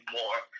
more